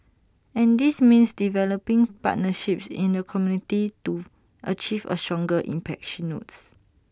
and this means developing partnerships in the community to achieve A stronger impact she notes